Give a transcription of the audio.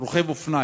רוכב אופניים.